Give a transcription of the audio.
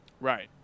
Right